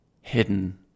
Hidden